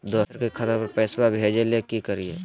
दोसर के खतवा पर पैसवा भेजे ले कि करिए?